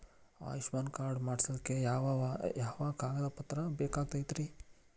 Ayushman card ಮಾಡ್ಸ್ಲಿಕ್ಕೆ ಯಾವ ಯಾವ ಕಾಗದ ಪತ್ರ ಬೇಕಾಗತೈತ್ರಿ?